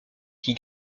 qui